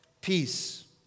Peace